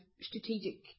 strategic